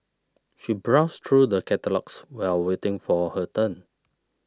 she browsed through the catalogues while waiting for her turn